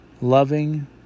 loving